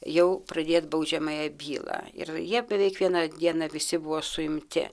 jau pradėt baudžiamąją bylą ir jie beveik vieną dieną visi buvo suimti